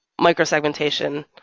micro-segmentation